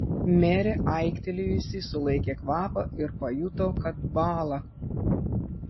merė aiktelėjusi sulaikė kvapą ir pajuto kad bąla